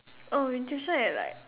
oh you tuition at like